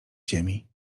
ziemi